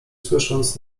słysząc